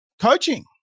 coaching